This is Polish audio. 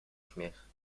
śmiech